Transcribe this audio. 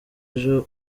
ejo